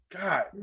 God